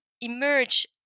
emerge